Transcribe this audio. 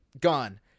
gone